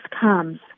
comes